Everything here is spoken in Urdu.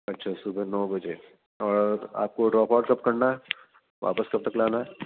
اچھا صبح نو بجے اور آپ کو ڈراپ آؤٹ کب کرنا ہے واپس کب تک لانا ہے